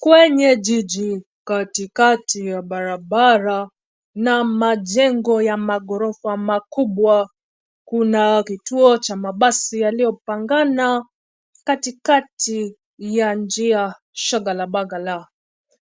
Kwenye jiji katikati ya barabara na majengo ya maghorofa makubwa. Kuna kituo cha mabasi yaliyopangana katikati ya njia shagala baghala.